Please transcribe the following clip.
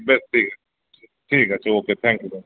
বেশ ঠিক আছে ঠিক আছে ওকে থ্যাংক ইউ দাদা